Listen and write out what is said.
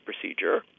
procedure